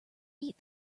eat